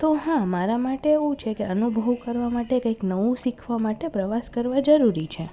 તો હા મારા માટે એવું છે કે અનુભવ કરવા માટે કંઇક નવું શીખવા માટે પ્રવાસ કરવા જરૂરી છે